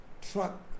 truck